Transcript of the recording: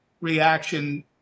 reaction